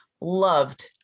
Loved